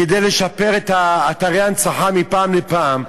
כדי לשפר את אתרי ההנצחה מפעם לפעם,